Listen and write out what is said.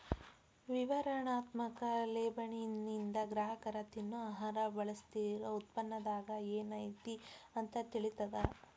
ವಿವರಣಾತ್ಮಕ ಲೇಬಲ್ಲಿಂದ ಗ್ರಾಹಕರ ತಿನ್ನೊ ಆಹಾರ ಬಳಸ್ತಿರೋ ಉತ್ಪನ್ನದಾಗ ಏನೈತಿ ಅಂತ ತಿಳಿತದ